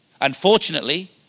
unfortunately